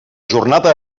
jornada